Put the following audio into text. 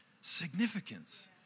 significance